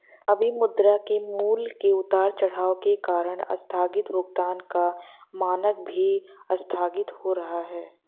अभी मुद्रा के मूल्य के उतार चढ़ाव के कारण आस्थगित भुगतान का मानक भी आस्थगित हो रहा है